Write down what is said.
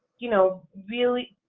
you know really